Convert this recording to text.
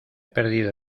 perdido